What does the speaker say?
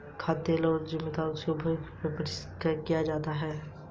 खाद्य तेलों को ज्यादातर उनके उपभोग से पहले परिष्कृत किया जाता है